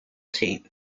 team